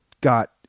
got